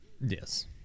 Yes